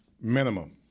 Minimum